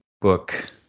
book